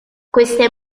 queste